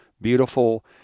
beautiful